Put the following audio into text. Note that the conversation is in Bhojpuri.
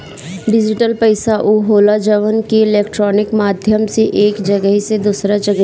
डिजिटल पईसा उ होला जवन की इलेक्ट्रोनिक माध्यम से एक जगही से दूसरा जगही भेजल जाला